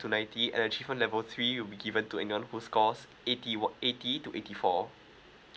to ninety and achievement level three will be given to anyone who scores eighty one eighty to eighty four